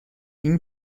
این